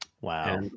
Wow